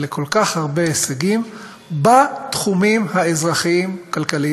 לכל כך הרבה הישגים בתחומים האזרחיים-כלכליים-חברתיים.